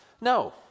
no